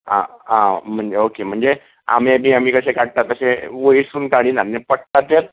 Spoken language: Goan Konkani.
आं आं म्हणजे आमे बी आमी कशे काडटात तशें वयरसून काडिनात पडटा तेंच